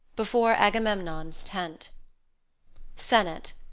before agamemnon's tent sennet.